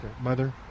Mother